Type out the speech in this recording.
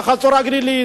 לחצור-הגלילית,